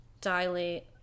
dilate